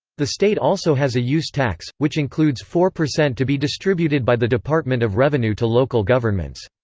the state also has a use tax, which includes four percent to be distributed by the department of revenue to local governments.